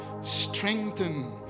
strengthen